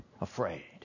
afraid